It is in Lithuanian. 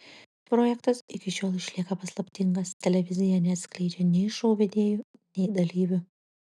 projektas iki šiol išlieka paslaptingas televizija neatskleidžia nei šou vedėjų nei dalyvių